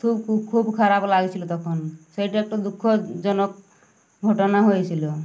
খুব খুব খারাপ লাগেছিলো তখন সেইটা একটা দুঃখজনক ঘটনা হয়েছিলো